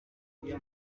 buri